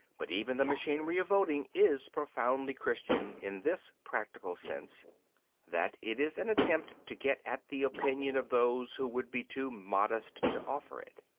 but even the machinery of voting is profoundly christian in this practical sense that it is an attempt to get at the opinion of those who would be too modest to offer it.